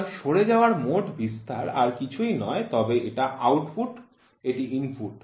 সুতরাং সরে যাওয়ার মোট বিস্তার আর কিছুই নয় তবে এটা আউটপুট এটি ইনপুট